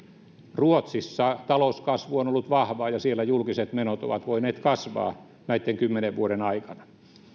ruotsissa talouskasvu on ollut vahvaa ja siellä julkiset menot ovat voineet kasvaa näitten kymmenen vuoden aikana